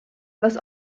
was